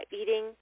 eating